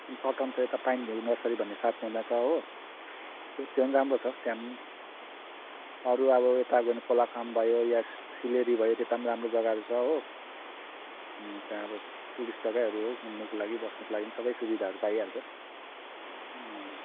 सटनको यता pine view nursery भन्ने सात माइलमा छ हो त्यो पनि राम्रो छ त्यहाँ नि अरू अब यता खोलाखाम्भ भयो या फिलेरी भयो त्यता पनि राम्रो जग्गाहरू छ हो अन्त अब टुरिस्ट जग्गाहरू हो घुम्नुको लागि बस्नुको लागि सबै सुबिधाहरू पाइहाल्छ